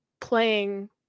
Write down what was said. playing